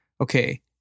okay